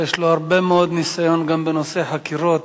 שיש לו הרבה מאוד ניסיון גם בנושא חקירות.